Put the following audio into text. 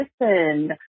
listen